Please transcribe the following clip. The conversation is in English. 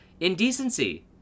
indecency